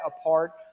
apart